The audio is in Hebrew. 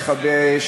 השרים,